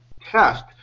test